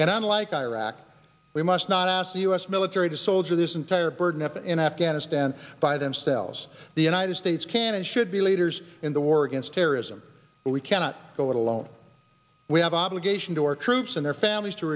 and unlike iraq we must not ask the u s military to soldier this entire burden up in afghanistan by themselves the united states can and should be leaders in the war against terrorism but we cannot go it alone we have an obligation to our troops and their families to